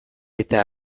eta